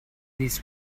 this